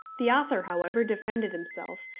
the author, however, defended himself,